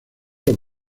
los